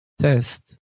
test